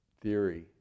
theory